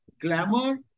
Glamour